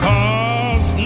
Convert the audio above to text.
Cause